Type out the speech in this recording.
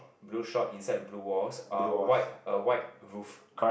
blue shop inside blue walls uh white a white roof